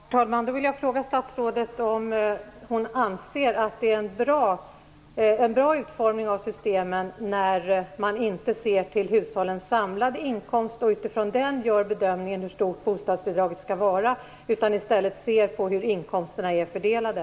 Herr talman! Jag vill då fråga statsrådet om hon anser att det är en bra utformning av systemet när man inte ser till hushållens samlade inkomster och utifrån den gör bedömningen hur stort bostadsbidraget skall vara utan i stället ser på hur inkomsterna är fördelade.